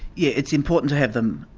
yeah it's important to have them,